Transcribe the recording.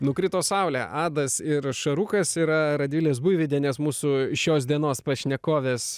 nukrito saulė adas ir šarukas yra radvilės buivydienės mūsų šios dienos pašnekovės